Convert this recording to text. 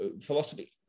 philosophy